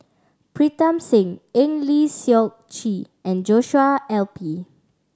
Pritam Singh Eng Lee Seok Chee and Joshua L P